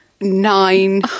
nine